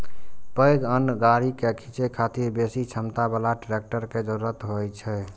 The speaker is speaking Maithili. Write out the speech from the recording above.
पैघ अन्न गाड़ी कें खींचै खातिर बेसी क्षमता बला ट्रैक्टर के जरूरत होइ छै